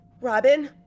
robin